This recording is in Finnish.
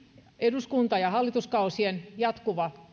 eduskunta ja hallituskausien jatkuva